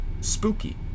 spooky